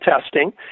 testing